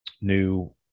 new